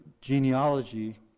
genealogy